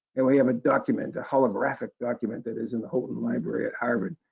and we have a document, a holographic document that is in the houghton library at harvard.